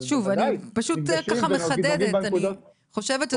נפגשים ונוגעים בנקודות.